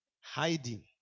Hiding